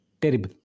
terrible